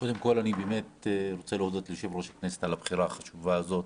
קודם כול אני באמת רוצה להודות ליושב-ראש הכנסת על הבחירה החשובה הזאת.